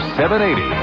780